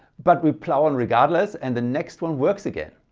but we plow on regardless and the next one works again.